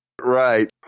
Right